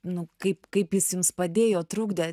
nu kaip kaip jis jums padėjo trukdė